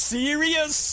serious